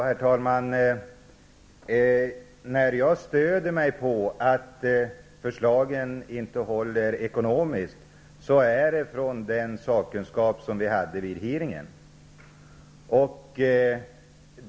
Herr talman! När jag säger att förslagen inte håller ekonomiskt, stöder jag mig på den sakkunskap som kom fram vid utskottets utfrågning.